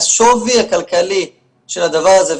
השווי הכלכלי של הדבר הזה,